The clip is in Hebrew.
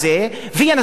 אדוני היושב-ראש,